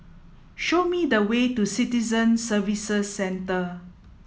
show me the way to Citizen Services Centre